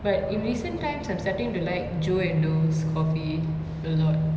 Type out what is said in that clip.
but in recent times I'm starting to like joe and dough's coffee a lot